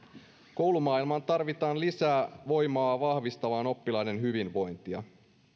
koulumaailmaan tarvitaan lisää voimaa vahvistamaan oppilaiden hyvinvointia